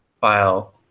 file